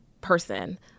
person